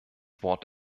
wort